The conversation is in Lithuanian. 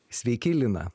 sveiki lina